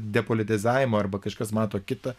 depolitizavimo arba kažkas mato kitą